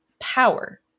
power